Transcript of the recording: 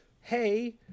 Hey